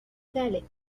ذلك